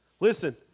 Listen